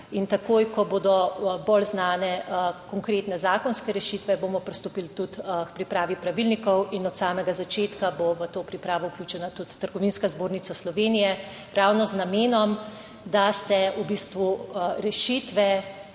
in takoj, ko bodo bolj znane konkretne zakonske rešitve, bomo pristopili tudi k pripravi pravilnikov in od samega začetka bo v to pripravo vključena tudi trgovinska zbornica Slovenije. Ravno z namenom, da se v bistvu rešitve